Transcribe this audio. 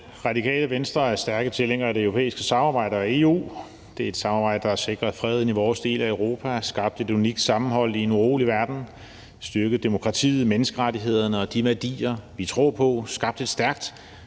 Radikale Venstre er stærke tilhængere af det europæiske samarbejde og EU. Det er et samarbejde, der har sikret freden i vores del af Europa, skabt et unikt sammenhold i en urolig verden, styrket demokratiet, menneskerettighederne og de værdier, vi tror på, skabt et stærkt